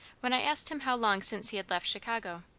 when i asked him how long since he had left chicago.